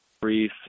brief